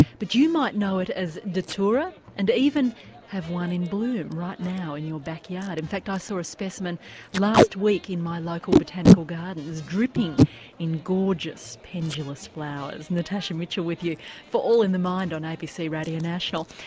but you might know it as datura, and even have one in bloom right now in your backyard in fact i ah saw a specimen last week in my local botanical garden, dripping in gorgeous pendulous flowers. natasha mitchell with you for all in the mind on abc radio national.